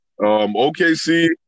OKC